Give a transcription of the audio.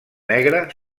negre